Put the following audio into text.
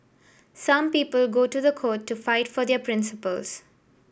some people go to the court to fight for their principles